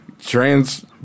Trans